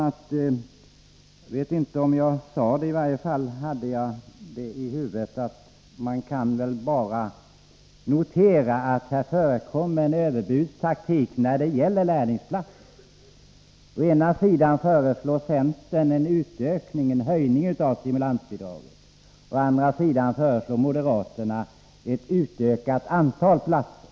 Jag vet inte om jag sade det förut, i varje fall hade jag det i huvudet: Man kan notera att det förekom en överbudstaktik när det gäller lärlingsplatserna. Å ena sidan föreslår centern en höjning av stimulansbidragen, men å andra sidan föreslår moderaterna ett utökat antal platser.